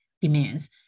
demands